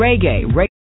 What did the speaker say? reggae